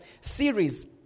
series